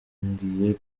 ngiye